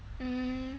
mm